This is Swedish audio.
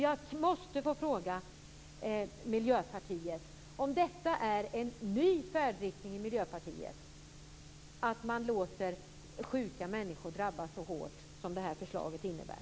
Jag måste få fråga Miljöpartiet: Är detta en ny färdriktning i Miljöpartiet, att man låter sjuka människor drabbas så hårt som det här förslaget innebär?